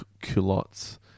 culottes